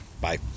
Bye